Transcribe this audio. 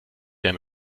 der